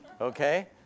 okay